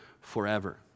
forever